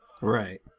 Right